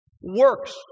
works